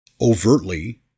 overtly